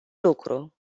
lucru